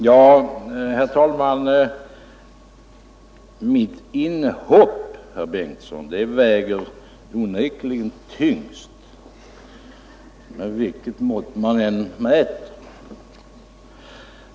Herr talman! Ja, mitt inhopp herr Bengtsson, väger onekligen tyngst vilket system man än mäter med.